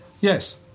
Yes